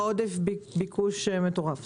הרכבת עם עודף ביקוש מטורף,